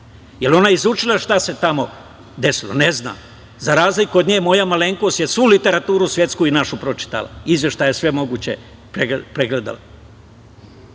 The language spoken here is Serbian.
Je li ona izučila šta se tamo desilo? Ne zna. Za razliku od nje, moja malenkost je svu literaturu svetsku i našu pročitala i izveštaje sve moguće pregledala.